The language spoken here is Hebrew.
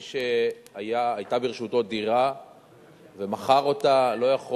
מי שהיתה ברשותו דירה ומכר אותה לא יכול